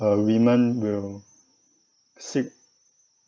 err women will seek